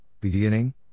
beginning